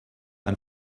and